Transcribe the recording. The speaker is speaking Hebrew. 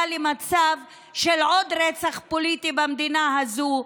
למצב של עוד רצח פוליטי במדינה הזאת,